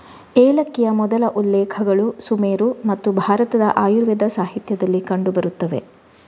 ಏಲಕ್ಕಿಯ ಮೊದಲ ಉಲ್ಲೇಖಗಳು ಸುಮೇರು ಮತ್ತು ಭಾರತದ ಆಯುರ್ವೇದ ಸಾಹಿತ್ಯದಲ್ಲಿ ಕಂಡು ಬರುತ್ತವೆ